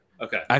Okay